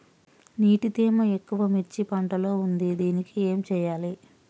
నీటి తేమ ఎక్కువ మిర్చి పంట లో ఉంది దీనికి ఏం చేయాలి?